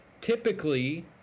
typically